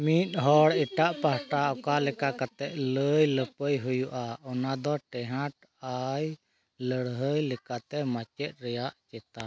ᱢᱤᱫ ᱦᱚᱲ ᱮᱴᱟᱜ ᱯᱟᱦᱴᱟ ᱚᱠᱟ ᱞᱮᱠᱟ ᱠᱟᱛᱮᱫ ᱞᱟᱹᱭ ᱞᱟᱹᱯᱟᱹᱭ ᱦᱩᱭᱩᱜᱼᱟ ᱚᱱᱟ ᱫᱚ ᱴᱮᱦᱟᱴ ᱟᱭ ᱞᱟᱹᱲᱦᱟᱹᱭ ᱞᱮᱠᱟᱛᱮ ᱢᱟᱪᱮᱫ ᱨᱮᱭᱟᱜ ᱪᱮᱛᱟᱱ